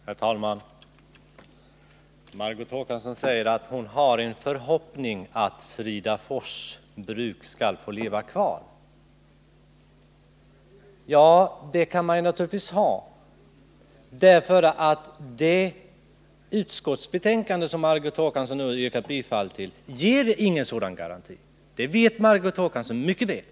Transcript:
Herr talman! Margot Håkansson säger att hon hyser förhoppningen att Fridafors Bruk skall få leva kvar. Det utskottsbetänkande som Margot Håkansson yrkar bifall till ger emellertid ingen sådan garanti. det vet Margot Håkansson mycket väl.